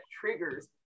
triggers